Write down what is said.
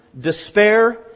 despair